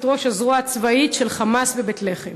ראש הזרוע הצבאית של "חמאס" בבית-לחם,